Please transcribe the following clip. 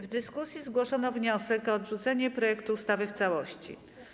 W dyskusji zgłoszono wniosek o odrzucenie projektu ustawy w całości.